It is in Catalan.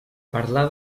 parlar